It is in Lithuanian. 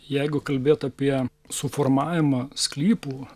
jeigu kalbėt apie suformavimą sklypų